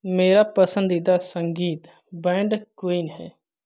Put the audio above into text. मेरा पसंदीदा संगीत बैंड क्वीन है